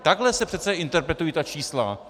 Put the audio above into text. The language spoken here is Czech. Takhle se přece interpretují ta čísla.